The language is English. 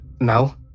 now